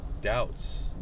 doubts